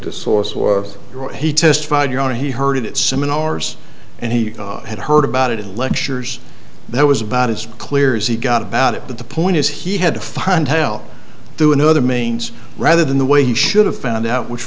the source was he testified yana he heard it seminars and he had heard about it in lectures that was about as clear as he got about it but the point is he had to find help through another means rather than the way he should have found out which